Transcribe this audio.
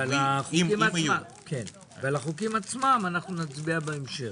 ועל החוקים עצמם, אנחנו נצביע בהמשך.